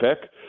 pick